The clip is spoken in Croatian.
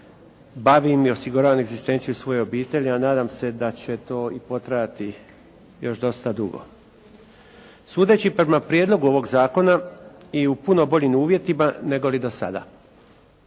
bavim i osiguravam egzistenciju svoje obitelji, a nadam se da će to i potrajati još dosta dugo. Sudeći prema prijedlogu ovoga zakona i u puno boljim uvjetima nego li do sada.